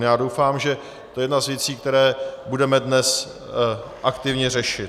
Já doufám, že to je jedna z věcí, které budeme dnes aktivně řešit.